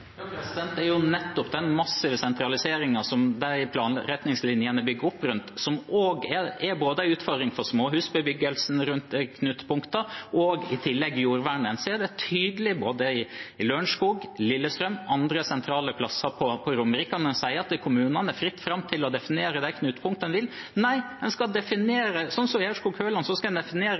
Det er jo nettopp den massive sentraliseringen som de planretningslinjene bygger opp rundt, som er en utfordring for både småhusbebyggelsen rundt knutepunktene og i tillegg jordvernet. Det ser en tydelig i både Lørenskog, Lillestrøm og andre sentrale plasser på Romerike. En sier at det er fritt fram for kommunene å definere de knutepunktene de vil – nei, som i Aurskog-Høland skal en definere ett knutepunkt der utviklingen skal være, istedenfor at en